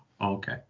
Okay